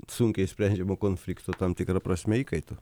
sunkiai išsprendžiamų konfliktų tam tikra prasme įkaitu